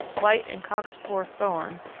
white and cockspur thorn,